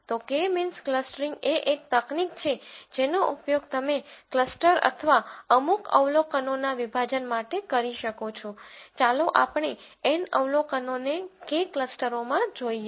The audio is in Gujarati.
તો કે મીન્સ ક્લસ્ટરીંગ એ એક તકનીક છે જેનો ઉપયોગ તમે ક્લસ્ટર અથવા અમુક અવલોકનોના વિભાજન માટે કરી શકો છો ચાલો આપણે N અવલોકનોને K ક્લસ્ટરોમાં જોઇએ